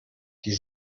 die